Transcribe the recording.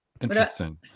Interesting